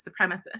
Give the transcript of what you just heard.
supremacist